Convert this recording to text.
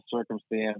circumstance